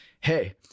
hey